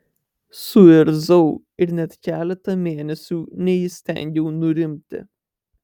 suirzau ir net keletą mėnesių neįstengiau nurimti